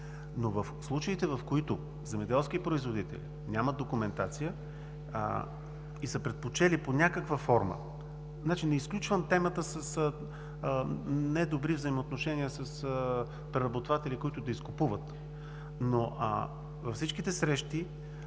но в случаите, в които земеделски производители нямат документация и са предпочели под някаква форма… Не изключвам темата с недобри взаимоотношения с преработватели, които да изкупуват, но във всичките срещи